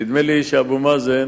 נדמה לי שאבו מאזן